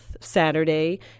Saturday